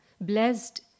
blessed